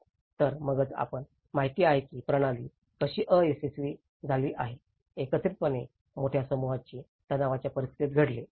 तर मगच तुम्हाला माहिती आहे की प्रणाली कशी अयशस्वी झाली हे एकत्रितपणे मोठ्या सामूहिक तणावाच्या परिस्थितीत घडले